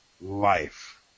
life